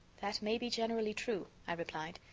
that may be generally true, i replied,